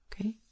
Okay